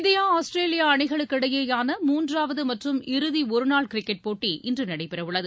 India Australia அணிகளுக்கிடையேயான மூன்றாவது மற்றும் இறுதி ஒருநாள் கிரிக்கெட் போட்டி இன்று நடைபெறவுள்ளது